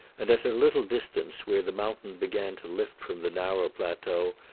and at a little distance, where the mountain began to lift from the narrow plateau,